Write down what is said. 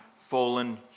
fallen